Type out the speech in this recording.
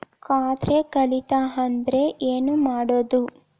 ಖಾತೆ ಕಳಿತ ಅಂದ್ರೆ ಏನು ಮಾಡೋದು?